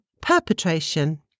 perpetration